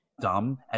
dumb